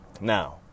Now